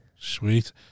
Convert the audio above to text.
Sweet